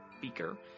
beaker